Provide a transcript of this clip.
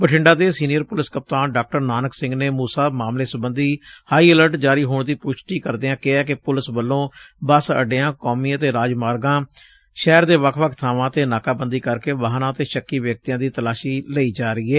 ਬਠਿੰਡਾ ਦੇ senior police ਕਪਤਾਨ ਡਾ ਨਾਨਕ ਸਿੰਘ ਨੇ ਮੁਸਾ ਮਾਮਲੇ ਸਬੰਧੀ ਹਾਈ ਅਲਰਟ ਜਾਰੀ ਹੋਣ ਦੀ ਪੁਸ਼ਟੀ ਕਰਦਿਆਂ ਕਿਹੈ ਕਿ ਪੁਲਿਸ ਵਲੋਂ ਬੱਸ ਅੱਡਿਆਂ ਕੌਮੀ ਅਤੇ ਰਾਜ ਮਾਰਗਾਂ ਸ਼ਹਿਰ ਦੇ ਵੱਖ ਬਾਵਾਂ ਤੇ ਨਾਕਾਬੰਦੀ ਕਰਕੇ ਵਾਹਨਾਂ ਅਤੇ ਸ਼ੱਕੀ ਵਿਅਕਤੀਆਂ ਦੀ ਤਲਾਸ਼ੀ ਲਈ ਜਾ ਰਹੀ ਏ